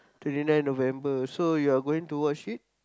twenty nine November so you are going to watch it